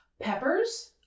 Peppers